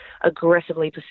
aggressively